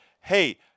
hey